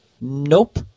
Nope